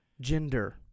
gender